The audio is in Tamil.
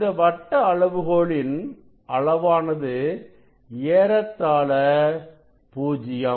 இந்த வட்ட அளவுகோலின் அளவானது ஏறத்தாள 0